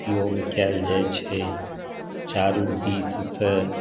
उपयोग कयल जाइत छै चारू दिससँ